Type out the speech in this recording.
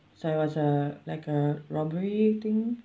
so it was a like a robbery thing